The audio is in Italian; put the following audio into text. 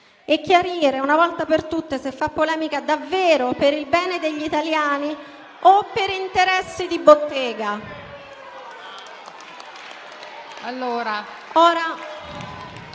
e chiarire una volta per tutte se fa polemica davvero per il bene degli italiani o per interessi di bottega.